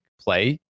play